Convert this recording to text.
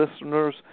listeners